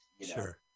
Sure